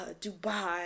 dubai